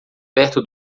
perto